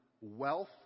wealth